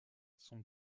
son